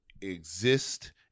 exist